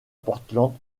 portland